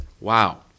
Wow